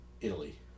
Italy